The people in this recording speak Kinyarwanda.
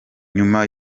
nyuma